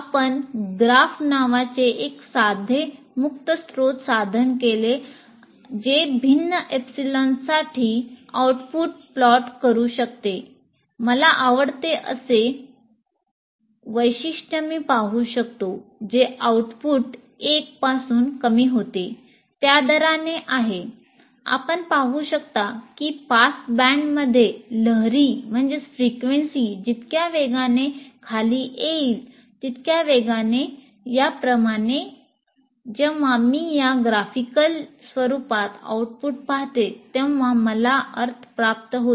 आपण 'ग्राफ'स्वरुपात आउटपुट पाहते तेव्हा मला अर्थ प्राप्त होतो